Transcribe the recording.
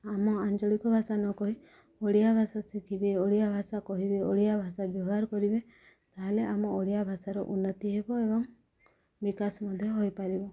ଆମ ଆଞ୍ଚଳିକ ଭାଷା ନ କହି ଓଡ଼ିଆ ଭାଷା ଶିଖିବେ ଓଡ଼ିଆ ଭାଷା କହିବେ ଓଡ଼ିଆ ଭାଷା ବ୍ୟବହାର କରିବେ ତା'ହେଲେ ଆମ ଓଡ଼ିଆ ଭାଷାର ଉନ୍ନତି ହେବ ଏବଂ ବିକାଶ ମଧ୍ୟ ହୋଇପାରିବ